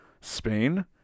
Spain